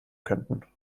könnten